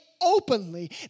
openly